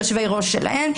ויושבי-ראש שלהן,